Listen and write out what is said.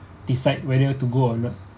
decide whether to go or not